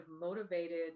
motivated